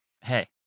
Hey